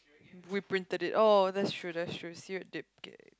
we printed it oh that's true that's true